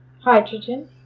Hydrogen